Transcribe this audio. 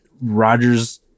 Rogers